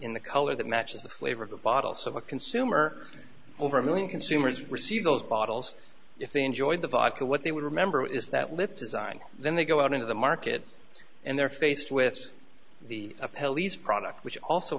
in the color that matches the flavor of the bottle so a consumer over a million consumers receive those bottles if they enjoyed the vodka what they would remember is that lip design then they go out into the market and they're faced with the pelleas product which also